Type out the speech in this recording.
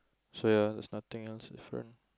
so ya there's nothing else different